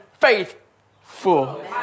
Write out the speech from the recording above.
faithful